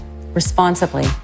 responsibly